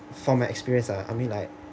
for my experience ah I mean like